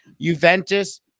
Juventus